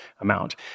amount